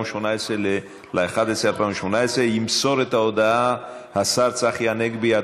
18 בנובמבר 2018. ימסור את ההודעה השר צחי הנגבי,